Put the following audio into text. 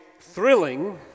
thrilling